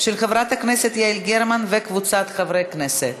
של חברת הכנסת יעל גרמן וקבוצת חברי הכנסת.